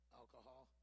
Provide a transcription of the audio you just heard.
alcohol